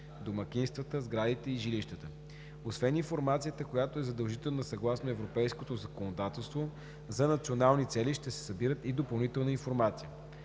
домакинствата, сградите и жилищата. Освен информацията, която е задължителна съгласно европейското законодателство, за национални цели ще се събира и допълнителна информация: